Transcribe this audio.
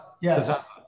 yes